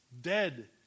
dead